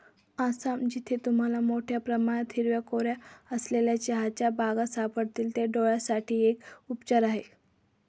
आसाम, जिथे तुम्हाला मोठया प्रमाणात हिरव्या कोऱ्या असलेल्या चहाच्या बागा सापडतील, जे डोळयांसाठी एक उपचार आहे